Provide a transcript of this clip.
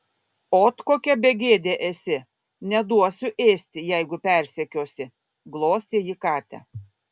ot kokia begėdė esi neduosiu ėsti jeigu persekiosi glostė ji katę